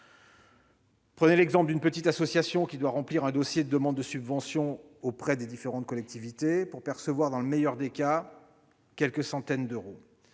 Prenez l'exemple d'une petite association qui doit remplir un dossier de demande de subvention auprès de différentes collectivités pour percevoir, dans le meilleur des cas, quelques centaines d'euros.